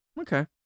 Okay